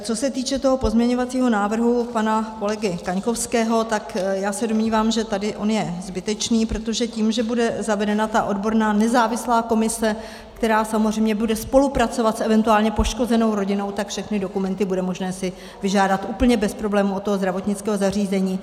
Co se týče toho pozměňovacího návrhu pana kolegy Kaňkovského, tak se domnívám, že tady on je zbytečný, protože tím, že bude zavedena ta odborná nezávislá komise, která samozřejmě bude spolupracovat s eventuálně poškozenou rodinou, tak všechny dokumenty si bude možné vyžádat úplně bez problémů od toho zdravotnického zařízení.